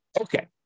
Okay